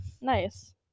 Nice